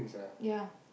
ya